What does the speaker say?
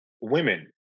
women